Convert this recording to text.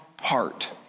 heart